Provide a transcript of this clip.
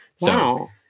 Wow